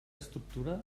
estructura